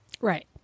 Right